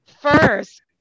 first